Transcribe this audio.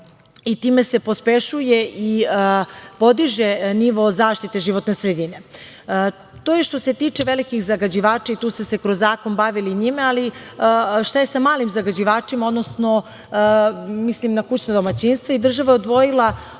i time se pospešuje i podiže nivo zaštite životne sredine. To je što se tiče velikih zagađivača i tu su se kroz zakon bavili njima, ali, šta je sa malim zagađivačima, mislim na kućna domaćinstva? Država je odvojila ogroman